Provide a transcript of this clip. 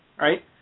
right